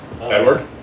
Edward